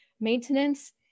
maintenance